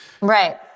Right